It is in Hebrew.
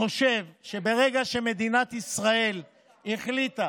שחושב שברגע שמדינת ישראל החליטה